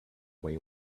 way